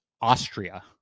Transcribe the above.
Austria